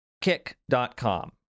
kick.com